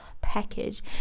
package